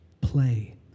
play